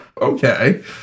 okay